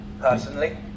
personally